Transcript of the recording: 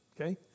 Okay